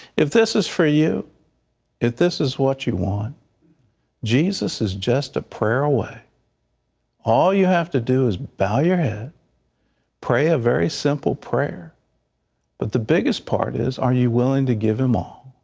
if this is for you if this is what you want jesus is just a prayer away all you have to do is buy your head pray a very simple prayer but the biggest part is, are you willing to give them all